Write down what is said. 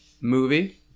movie